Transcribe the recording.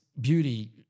beauty